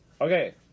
Okay